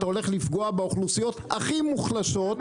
אתה הולך לפגוע באוכלוסיות הכי מוחלשות,